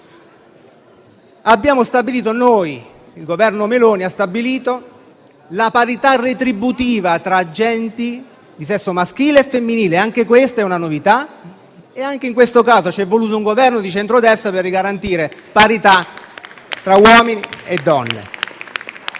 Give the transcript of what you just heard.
abbiamo stabilito noi - il Governo Meloni ha stabilito - la parità retributiva tra agenti di sesso maschile e femminile. Anche questa è una novità e anche in tale caso ci è voluto un Governo di centrodestra per garantire parità tra uomini e donne.